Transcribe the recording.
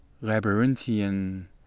labyrinthian